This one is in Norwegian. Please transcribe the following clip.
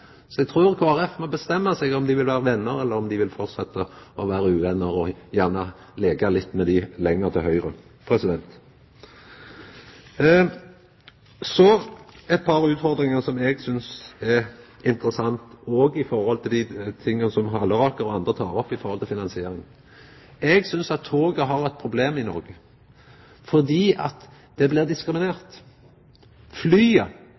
Så eit par utfordringar som eg synest er interessante, òg i forhold til det Halleraker og andre tek opp om finansiering. Eg synest at toget har eit problem i Noreg, fordi det blir